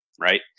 Right